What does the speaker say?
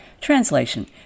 Translation